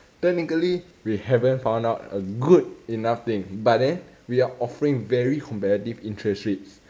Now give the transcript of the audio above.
technically we haven't found out a good enough thing but then we are offering very competitive interest rates